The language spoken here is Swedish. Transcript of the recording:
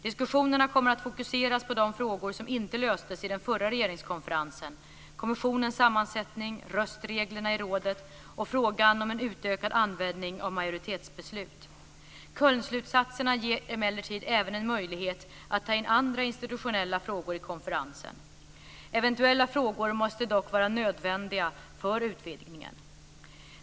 Diskussionerna kommer att fokuseras på de frågor som inte löstes i den förra regeringskonferensen: kommissionens sammansättning, röstreglerna i rådet och frågan om en utökad användning av majoritetsbeslut. Kölnslutsatserna ger emellertid även en möjlighet att ta in andra institutionella frågor i konferensen. Eventuella frågor måste dock vara nödvändiga för utvidgningen.